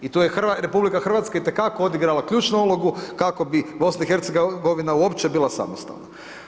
I tu je RH itekako odigrala ključnu ulogu, kako bi BIH uopće bila samostalna.